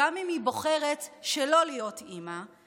גם אם היא בוחרת שלא להיות אימא,